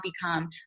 become